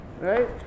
Right